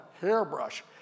hairbrush